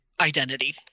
Identity